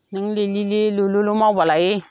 नों लिलिलि लुलुलु मावबालाय